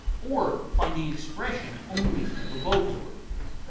or finding expression only through the vocal organs.